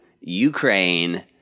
Ukraine